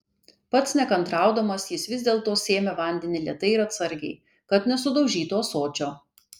pats nekantraudamas jis vis dėlto sėmė vandenį lėtai ir atsargiai kad nesudaužytų ąsočio